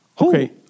Okay